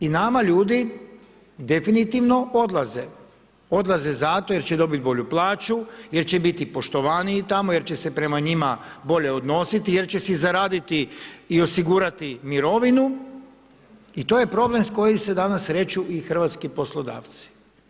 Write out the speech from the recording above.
I nama ljudi definitivno odlaze, odlaze zato jer će dobit bolju plaću, jer će biti poštovaniji tamo, jer će se prema njima bolje odnositi, jer će si zaraditi i osigurati mirovinu i to je problem s kojim se danas sreću i hrvatski poslodavci.